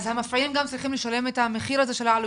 אז המפעילים גם צריכים את המחיר הזה של העלויות.